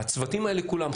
הצוותים האלה כולם,